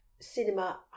cinema